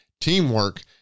teamwork